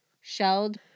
shelled